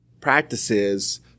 practices